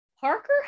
Parker